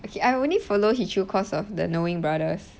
okay I only follow he heechul of the knowing brothers